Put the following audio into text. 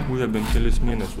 kūrė bent kelis mėnesius